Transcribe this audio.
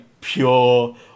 pure